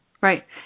right